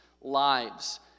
lives